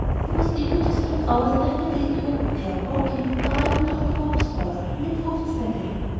he was able to spend hours every day in the open air, walking, or riding dr. hope's horse, and improved steadily.